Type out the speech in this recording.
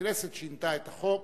הכנסת שינתה את החוק